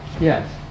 Yes